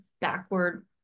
backward